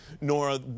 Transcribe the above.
Nora